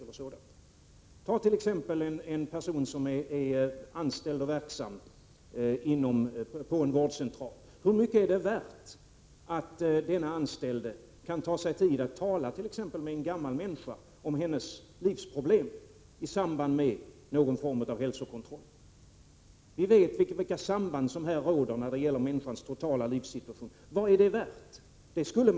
Hur mycket är det exempelvis värt att en person som är anställd och verksam på en vårdcentral kan ta sig tid att tala med en gammal människa om hennes livsproblem i samband med någon form av hälsokontroll? Vi vet vilka samband som råder när det gäller människans totala livssituation. Vad är alltså ett sådant samtal värt?